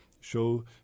show